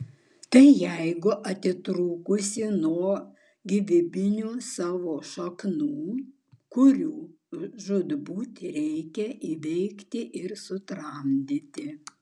tai jėga atitrūkusi nuo gyvybinių savo šaknų kurią žūtbūt reikia įveikti ir sutramdyti